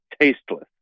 tasteless